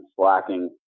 slacking